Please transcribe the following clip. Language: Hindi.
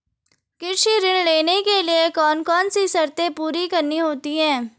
कृषि ऋण लेने के लिए कौन कौन सी शर्तें पूरी करनी होती हैं?